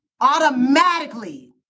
automatically